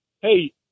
hey